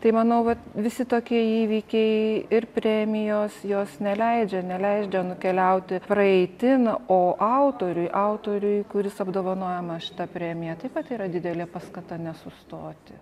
tai manau vat visi tokie įvykiai ir premijos jos neleidžia neleidžia nukeliauti praeitin o autoriui autoriui kuris apdovanojamas šita premija taip pat yra didelė paskata nesustoti